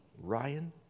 Ryan